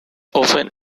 often